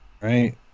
Right